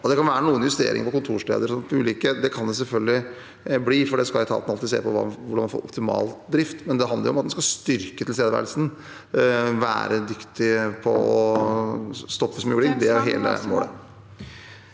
Det kan være noen justeringer av ulike kontorsteder. Det kan det selvfølgelig bli, for etaten skal jo alltid se på hvordan de kan få optimal drift. Men det handler om at man skal styrke tilstedeværelsen og være dyktig på å stoppe smugling. Det er hele målet.